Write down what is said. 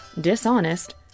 dishonest